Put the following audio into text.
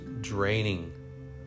draining